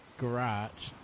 garage